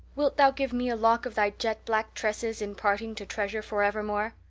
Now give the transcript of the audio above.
wilt thou give me a lock of thy jet-black tresses in parting to treasure forevermore?